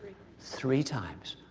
three times.